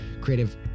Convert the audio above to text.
creative